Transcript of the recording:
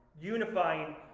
unifying